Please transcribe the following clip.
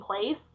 place